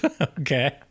Okay